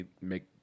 make